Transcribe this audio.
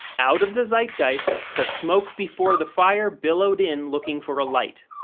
out of the zeitgeist, the smoke before the fire billowed in looking for a light.